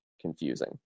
confusing